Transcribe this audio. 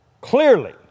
Clearly